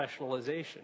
professionalization